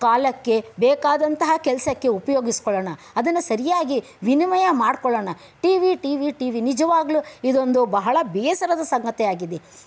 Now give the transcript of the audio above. ಕಾಲಕ್ಕೆ ಬೇಕಾದಂತಹ ಕೆಲಸಕ್ಕೆ ಉಪಯೋಗಿಸಿಕೊಳ್ಳೋಣ ಅದನ್ನು ಸರಿಯಾಗಿ ವಿನಿಮಯ ಮಾಡಿಕೊಳ್ಳೋಣ TV TV TV ನಿಜವಾಗಲೂ ಇದೊಂದು ಬಹಳ ಬೇಸರದ ಸಂಗತಿಯಾಗಿದೆ